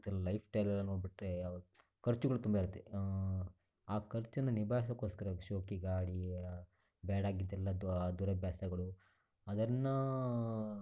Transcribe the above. ಕೆಲವ್ರು ಲೈಫ್ ಸ್ಟೈಲೆಲ್ಲ ನೋಡಿಬಿಟ್ರೆ ಖರ್ಚುಗಳು ತುಂಬ ಇರುತ್ತೆ ಆ ಖರ್ಚನ್ನು ನಿಭಾಯಿಸೋಕೋಸ್ಕರ ಅವ್ರು ಶೋಕಿ ಗಾಡಿ ಬ್ಯಾಡ್ ಹ್ಯಾಬಿಟ್ಸ್ ದುರಾಭ್ಯಾಸಗಳು ಅದನ್ನು